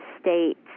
states